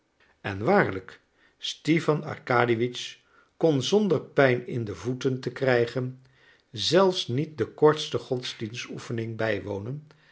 en waarlijk stipan arkadiewitsch kon zonder pijn in de voeten te krijgen zelfs niet de kortste godsdienstoefening bijwonen